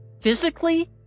physically